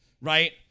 right